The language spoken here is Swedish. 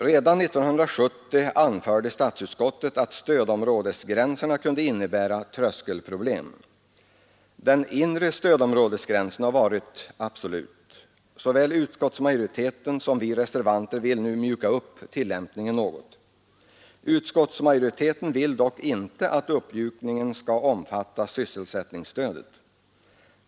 Redan 1970 anförde statsutskottet att stödområdesgränserna kunde innebära ett tröskelproblem. Den inre stödområdesgränsen har varit absolut. Såväl utskottsmajoriteten som vi reservanter vill nu mjuka upp tillämpningen något. Utskottsmajoriteten vill dock inte att uppmjukningen skall omfatta sysselsättningsstödet.